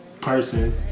person